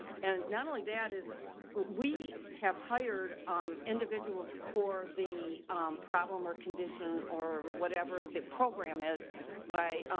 and not only that is we have hired um individuals for the problem or condition or whatever the program is by,